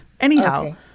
Anyhow